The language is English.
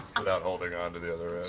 without holding onto the other